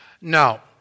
Now